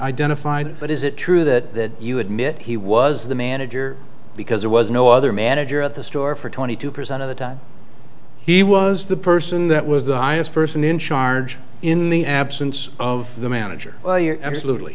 identified but is it true that you admit he was the manager because there was no other manager at the store for twenty two percent of the time he was the person that was the highest person in charge in the absence of the manager well you're absolutely